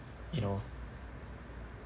you know